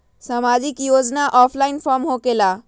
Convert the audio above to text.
समाजिक योजना offline form होकेला?